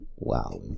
Wow